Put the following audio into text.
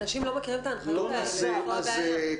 אנשים לא מכירים את ההנחיות האלה, זו הבעיה.